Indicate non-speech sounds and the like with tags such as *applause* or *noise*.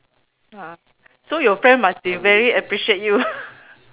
uh so your friend must be very appreciate you *laughs*